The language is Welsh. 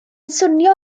swnio